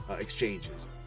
exchanges